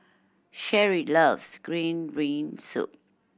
Sherie loves green bean soup